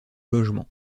logement